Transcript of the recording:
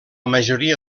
majoria